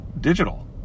digital